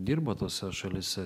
dirba tose šalyse